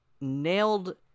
nailed